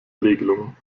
regelung